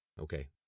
Okay